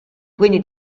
quindi